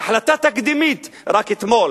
בהחלטה תקדימית, רק אתמול